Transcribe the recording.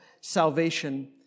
salvation